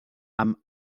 amb